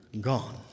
gone